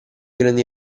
grandi